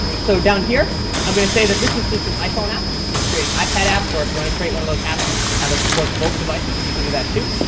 so down here i'm going to say that this is an iphone app. you can create an ipad app, or if you want to create one of those apps and that supports both devices you can do that too.